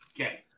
Okay